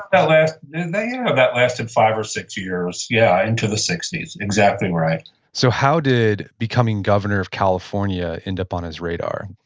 that lasted and yeah that lasted five or six years, yeah, into the sixty s, exactly right so, how did becoming governor of california end up on his radar?